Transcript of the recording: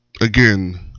again